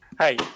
Hey